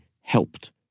helped